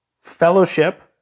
Fellowship